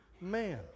man